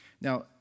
Now